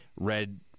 red